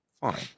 fine